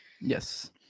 Yes